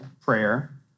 prayer